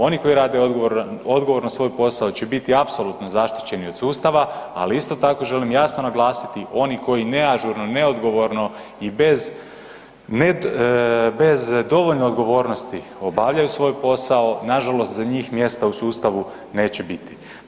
Oni koji rade odgovorno svoj posao će biti apsolutno zaštićeni od sustava ali isto tako želim javno naglasiti, oni koji neažurno, neodgovorno i bez dovoljne odgovornosti obavljaju svoj posao, nažalost za njih mjesta u sustavu neće biti.